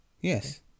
Yes